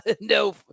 no